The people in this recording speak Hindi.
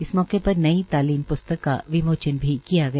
इस मौके पर नई तालीम प्स्तक का विमोचन भी किया गया